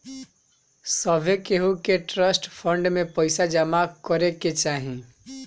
सभे केहू के ट्रस्ट फंड में पईसा जमा करे के चाही